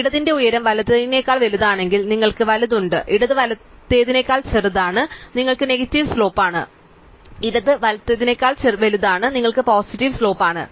ഇടത്തിന്റെ ഉയരം വലത്തേതിനേക്കാൾ വലുതാണെങ്കിൽ നിങ്ങൾക്ക് വലത് ഉണ്ട് ഇടത് വലത്തേതിനേക്കാൾ ചെറുതാണ് നിങ്ങൾക്ക് നെഗറ്റീവ് സ്ലോപ്പ് ആണ് ഇടത് വലത്തേതിനേക്കാൾ വലുതാണ് നിങ്ങൾ പോസിറ്റീവ് സ്ലോപ്പ് ആണ്